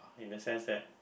in the sense that